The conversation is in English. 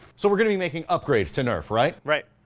so we're going to be making upgrades to nerf, right? right.